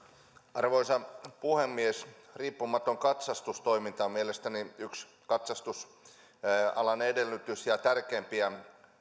arvoisa puhemies riippumaton katsastustoiminta on mielestäni yksi katsastusalan edellytys ja tärkeimpiä